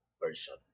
person